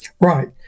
Right